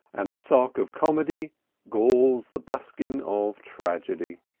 and the sock of comedy galls the buskin of tragedy.